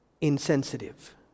insensitive